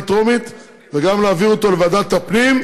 טרומית וגם להעביר אותו לוועדת הפנים,